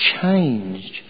changed